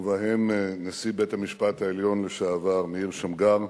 ובו נשיא בית-המשפט העליון לשעבר מאיר שמגר,